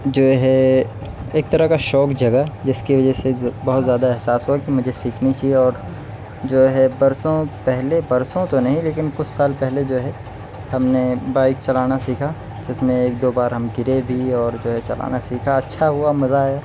جو ہے ایک طرح کا شوق جگا جس کی وجہ سے بہت زیادہ احساس ہوا کہ مجھے سیکھنی چاہیے اور جو ہے برسوں پہلے برسوں تو نہیں لیکن کچھ سال پہلے جو ہے ہم نے بائک چلانا سیکھا جس میں ایک دو بار ہم گرے بھی اور جو ہے چلانا سیکھا اچّھا ہوا مزہ آیا